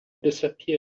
disappeared